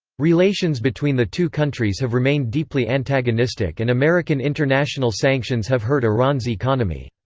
relations between the two countries have remained deeply antagonistic and american international sanctions have hurt iran's economy.